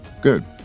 Good